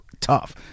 tough